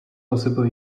possible